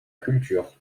culture